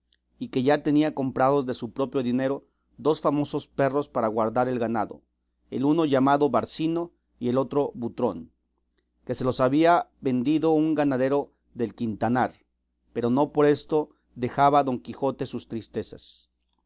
y que ya tenía comprados de su propio dinero dos famosos perros para guardar el ganado el uno llamado barcino y el otro butrón que se los había vendido un ganadero del quintanar pero no por esto dejaba don quijote sus tristezas